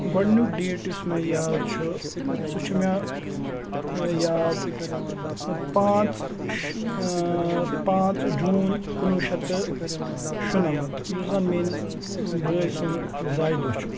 گۄڈنیُک ڈیٹ یُس مےٚ یاد چھُ سُہ چھُ مےٚ یاد پانٛژھ پانٛژھ جوٗن کُنوُہ شیٚتھ تہٕ شُنَمَتھ یُس زَن میٲنِس بٲے سُنٛد زایہِ دۄہ چھُ